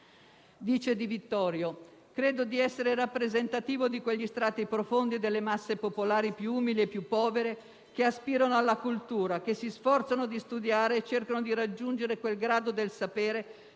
nel 1953: «Io credo di essere rappresentativo di quegli strati profondi delle masse popolari più umili e più povere che aspirano alla cultura, che si sforzano di studiare e cercano di raggiungere quel grado del sapere